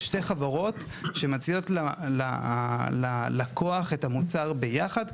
שתי חברות שמציעות ללקוח את המוצר ביחד,